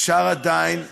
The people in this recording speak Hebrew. אפשר עדיין, אתה